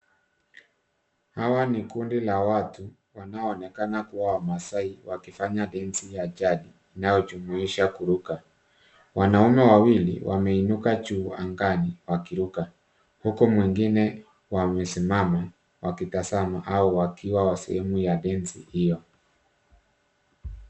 Hawa ni kundi la watu wanaonekana kuwa wamasaai wakifanya densi ya jadi inayojumuisha kuruka. Wanaume wawili wameinuka juu angani wakiruka huku mwingine wamesimama wakitazama au wakiwa sehemu ya densi hiyo.